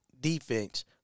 defense